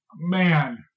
Man